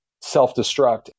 self-destruct